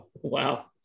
Wow